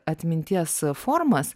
atminties formas